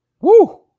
Woo